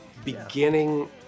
beginning